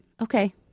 okay